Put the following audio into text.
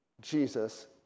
Jesus